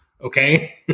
Okay